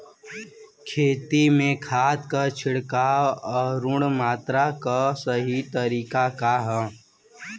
खेत में खाद क छिड़काव अउर मात्रा क सही तरीका का ह?